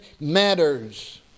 matters